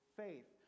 faith